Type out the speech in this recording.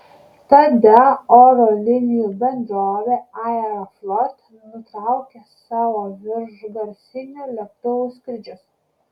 tada oro linijų bendrovė aeroflot nutraukė savo viršgarsinių lėktuvų skrydžius